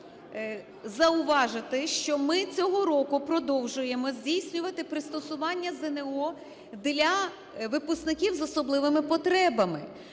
б зауважити, що ми цього року продовжуємо здійснювати пристосування ЗНО для випускників з особливими потребами.